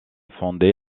fondé